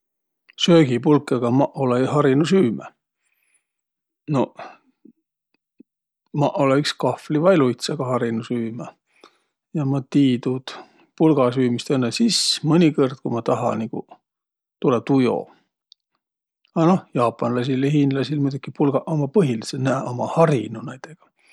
Söögipulkõga maq olõ-õi harinuq süümä. Noq, maq olõ iks kahvli vai luitsaga harinuq süümä ja ma tii tuud pulgasüümist õnnõ sis, mõnikõrd, ku ma taha niguq, tulõ tujo. A noh, jaapanlaisil ja hiinlaisil muidoki pulgaq ummaq põhilidsõq. Nääq ummaq harinuq näidega.